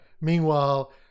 meanwhile